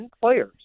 players